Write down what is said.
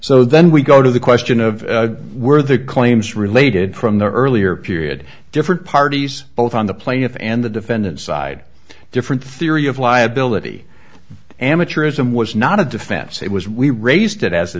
so then we go to the question of where are the claims related from the earlier period different parties both on the plaintiff and the defendant side different theory of liability amateurism was not a defense it was we raised it as a